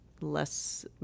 less